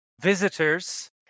visitors